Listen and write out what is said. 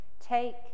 Take